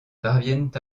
parviennent